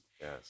yes